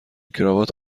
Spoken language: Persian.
کراوات